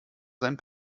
seinen